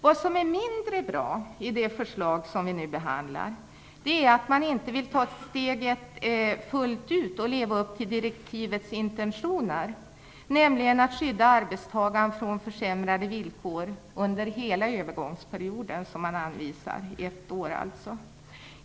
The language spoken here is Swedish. Det som är mindre bra i det förslag vi nu behandlar är att man inte vill ta steget fullt ut och leva upp till direktivets intentioner, nämligen att skydda arbetstagaren från försämrade villkor under hela övergångsperioden, dvs. ett år.